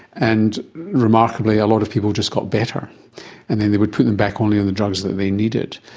and remarkably a lot of people just got better and then they would put them back only on the drugs that they needed.